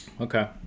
Okay